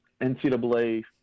NCAA